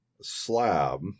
slab